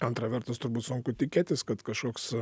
antra vertus turbūt sunku tikėtis kad kažkoks